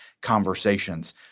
conversations